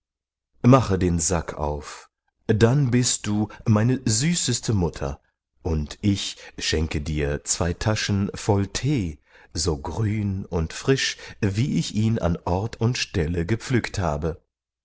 mache den sack auf dann bist du meine süßeste mutter und ich schenke dir zwei taschen voll thee so grün und frisch wie ich ihn an ort und stelle gepflückt habe